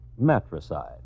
matricide